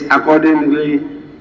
accordingly